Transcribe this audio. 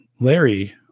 Larry